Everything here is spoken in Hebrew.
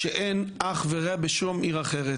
שאין אח ורע בשום עיר אחרת.